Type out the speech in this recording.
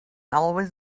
always